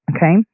Okay